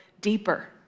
deeper